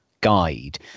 guide